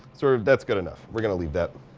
sort of, that's good enough. we're gonna leave that.